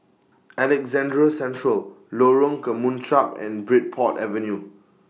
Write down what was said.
Alexandra Central Lorong Kemunchup and Bridport Avenue